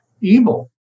evil